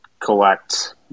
collect